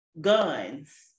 guns